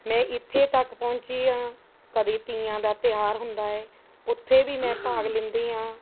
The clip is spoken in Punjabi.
ਮੈਂ ਇੱਥੇ ਤੱਕ ਪਹੁੰਚੀ ਹਾਂ ਕਦੀ ਤੀਆਂ ਦਾ ਤਿਉਂਹਾਰ ਹੁੰਦਾ ਹੈ ਉੱਥੇ ਵੀ ਮੈਂ ਭਾਗ ਲੀਂਦੀ ਹਾਂ